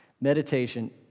Meditation